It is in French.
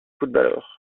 footballeur